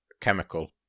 chemical